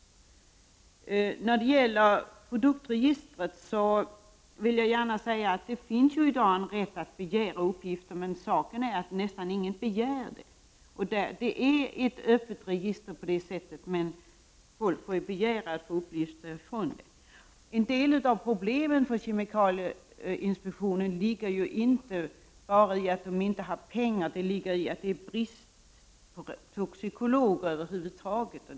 Jag vill gärna säga att det i dag finns en rätt att begära uppgifter från produktregistret, men saken är den att nästan ingen begär det. Det är ett öppet register på det sättet, men människor får lov att begära uppgifter från det. En del av problemen för kemikalieinspektionen ligger inte bara i att den inte har pengar, utan i att det är brist på toxikologer över huvud taget.